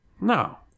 No